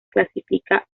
clasifica